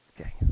Okay